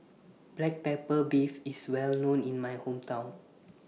Black Pepper Beef IS Well known in My Hometown